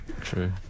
True